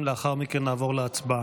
לאחר מכן נעבור להצבעה.